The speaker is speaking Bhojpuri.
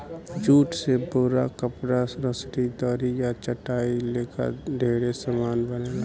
जूट से बोरा, कपड़ा, रसरी, दरी आ चटाई लेखा ढेरे समान बनेला